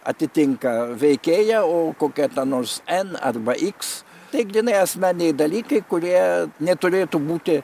atitinka veikėją o kokia ta nors en arba iks tai grynai asmeniniai dalykai kurie neturėtų būti